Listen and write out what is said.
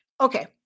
Okay